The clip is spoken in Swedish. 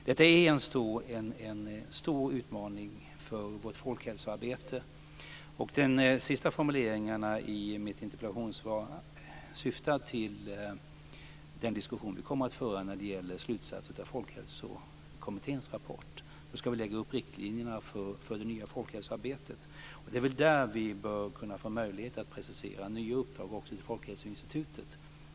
Detta är en stor utmaning för vårt folkhälsoarbete, och de sista formuleringarna i mitt interpellationssvar syftar på den diskussion som vi kommer att föra när det gäller slutsatser av Folkhälsokommitténs rapport. Då ska vi lägga upp riktlinjerna för det nya folkhälsoarbetet. Det är väl där vi bör kunna få möjligheter att precisera nya uppdrag också till Folkhälsoinstitutet.